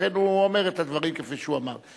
לכן הוא אומר את הדברים כפי שהוא אמר.